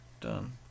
done